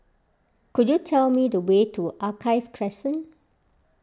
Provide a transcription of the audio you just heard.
could you tell me the way to Alkaff Crescent